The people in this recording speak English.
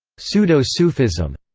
pseudo-sufism,